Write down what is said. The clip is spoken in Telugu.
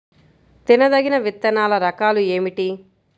తినదగిన విత్తనాల రకాలు ఏమిటి?